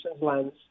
lens